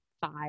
five